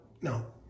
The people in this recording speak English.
no